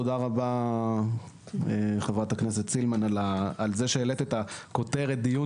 תודה רבה חברת הכנסת סילמן על זה שהעלית את כותרת הדיון